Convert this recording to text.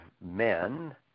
men